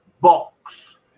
box